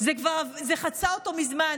הוא נחצה מזמן.